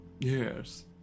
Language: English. Yes